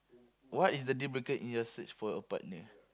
what is the dealbreaker in your search for a partner